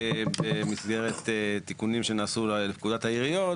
במסגרת תיקונים שנעשו לפקודת העיריות,